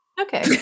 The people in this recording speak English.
Okay